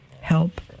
Help